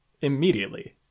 immediately